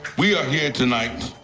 we are here tonight